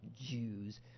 Jews